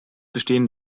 bestehen